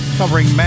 covering